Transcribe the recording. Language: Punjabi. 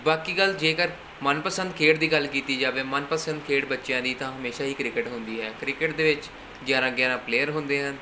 ਬਾਕੀ ਗੱਲ ਜੇਕਰ ਮਨਪਸੰਦ ਖੇਡ ਦੀ ਗੱਲ ਕੀਤੀ ਜਾਵੇ ਮਨਪਸੰਦ ਖੇਡ ਬੱਚਿਆਂ ਦੀ ਤਾਂ ਹਮੇਸ਼ਾ ਹੀ ਕ੍ਰਿਕਟ ਹੁੰਦੀ ਹੈ ਕ੍ਰਿਕਟ ਦੇ ਵਿੱਚ ਗਿਆਰਾਂ ਗਿਆਰਾਂ ਪਲੇਅਰ ਹੁੰਦੇ ਆ